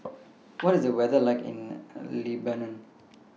What IS The weather like in Lebanon